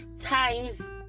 times